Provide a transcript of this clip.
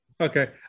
okay